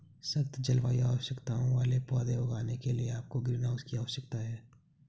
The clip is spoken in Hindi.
सख्त जलवायु आवश्यकताओं वाले पौधे उगाने के लिए आपको ग्रीनहाउस की आवश्यकता है